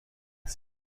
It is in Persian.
بروید